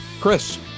Chris